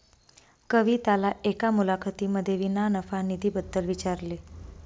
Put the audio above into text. कविताला एका मुलाखतीमध्ये विना नफा निधी बद्दल विचारले